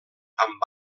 amb